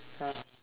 ya